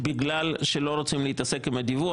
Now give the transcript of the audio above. בגלל שלא רוצים להתעסק עם הדיווח,